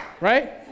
Right